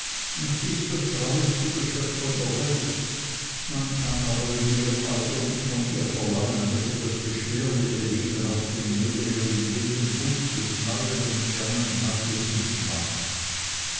sie ist das treueste geschöpf von der welt man kann aber in ihrem alter nicht von ihr verlangen daß sie das beschwerliche leben auf dem meere und im wilden busch des neuen und fernen landes mitmacht